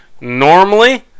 normally